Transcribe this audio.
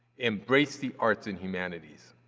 embrace the arts and humanities.